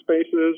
spaces